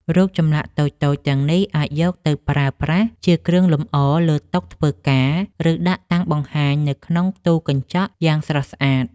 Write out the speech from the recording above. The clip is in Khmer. រូបចម្លាក់តូចៗទាំងនេះអាចយកទៅប្រើប្រាស់ជាគ្រឿងលម្អលើតុធ្វើការ ឬ ដាក់តាំងបង្ហាញនៅក្នុងទូកញ្ចក់យ៉ាងស្រស់ស្អាត។